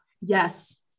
yes